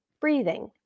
breathing